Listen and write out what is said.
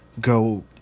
go